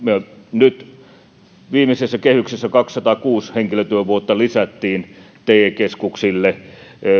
nyt viimeisessä kehyksessä kaksisataakuusi henkilötyövuotta lisättiin te keskuksille